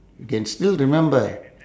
can still remember